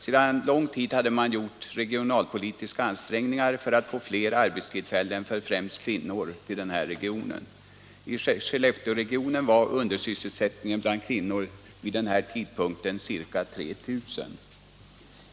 Sedan lång tid hade man gjort regionalpolitiska ansträngningar för att få fler arbetstillfällen för främst kvinnorna till denna region. I Skellefteåregionen var undersysselsättningen bland kvinnor vid denna tidpunkt ca 3 000.